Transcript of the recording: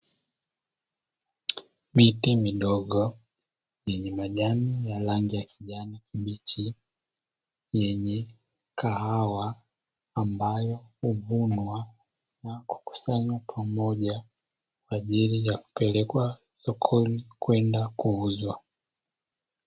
Miti midogo yenye majani ya rangi ya kijani kibichi yenye kahawa ambayo imevunwa na kukusanywa pamoja kwa ajili ya kupelekwa sokoni kwenda kuuzwa.